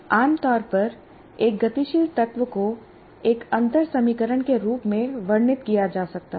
आमतौर पर एक गतिशील तत्व को एक अंतर समीकरण के रूप में वर्णित किया जा सकता है